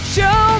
Show